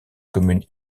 commune